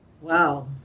Wow